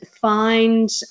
find